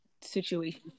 situation